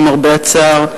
למרבה הצער,